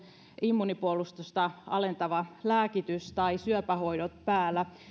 immuunipuolustusta alentava lääkitys tai syöpähoidot päällä